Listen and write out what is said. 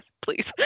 please